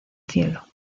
cielo